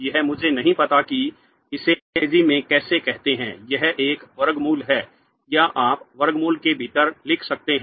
यह मुझे नहीं पता कि इसे अंग्रेजी में कैसे कहते हैं यह एक वर्गमूल है या आप वर्गमूल के भीतर लिख सकते हैं